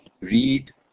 read